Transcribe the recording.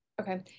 Okay